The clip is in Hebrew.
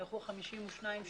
נערכו 52 שימועים,